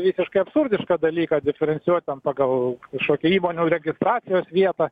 visiškai absurdišką dalyką diferencijuot ten pagal kažkokią įmonių registracijos vietą